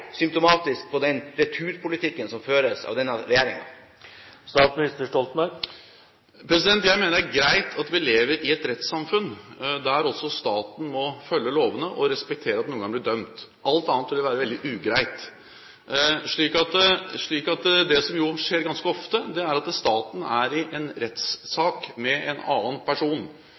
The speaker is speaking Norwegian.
symptomatisk for den returpolitikken som føres av denne regjeringen? Jeg mener det er greit at vi lever i et rettssamfunn der også staten må følge lovene og respektere at man noen ganger blir dømt. Alt annet ville være veldig ugreit. Det som jo skjer ganske ofte, er at staten er i en rettssak med en annen person.